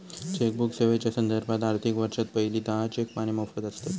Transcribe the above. chequebook सेवेच्यो संदर्भात, आर्थिक वर्षात पहिली दहा चेक पाने मोफत आसतत